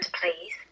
please